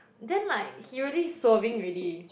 then like he really swerving ready